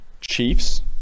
Chiefs